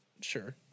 sure